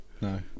No